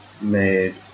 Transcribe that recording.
made